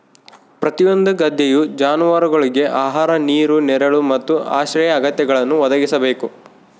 ಪ್ರತಿಯೊಂದು ಗದ್ದೆಯು ಜಾನುವಾರುಗುಳ್ಗೆ ಆಹಾರ ನೀರು ನೆರಳು ಮತ್ತು ಆಶ್ರಯ ಅಗತ್ಯಗಳನ್ನು ಒದಗಿಸಬೇಕು